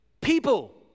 people